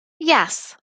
yes